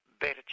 better